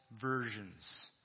versions